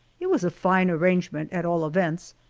it was a fine arrangement, at all events,